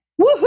Woohoo